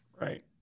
right